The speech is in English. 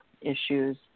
issues